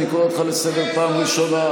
אני קורא אותך לסדר פעם ראשונה.